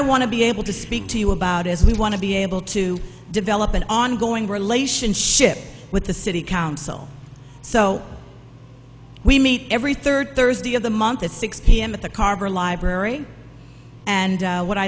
i want to be able to speak to you about as we want to be able to develop an ongoing relationship with the city council so we meet every third thursday of the month at six p m at the carb or library and what